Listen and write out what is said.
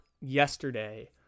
yesterday